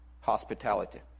hospitality